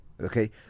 Okay